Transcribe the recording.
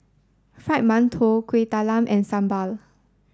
Fried Mantou Kueh Talam and Sambal